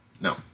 No